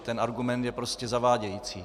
Ten argument je prostě zavádějící.